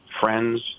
friends